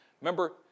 Remember